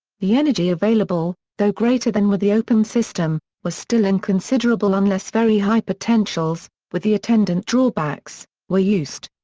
the energy available, though greater than with the open system, was still inconsiderable unless very high potentials, with the attendant drawbacks, were used.